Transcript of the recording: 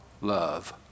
love